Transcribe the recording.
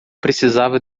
precisava